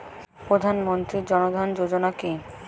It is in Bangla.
প্রধানমন্ত্রী জনধন যোজনা কি?